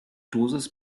dosis